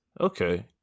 Okay